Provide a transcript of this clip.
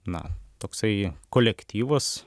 na toksai kolektyvas